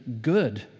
good